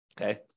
Okay